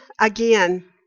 Again